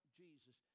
jesus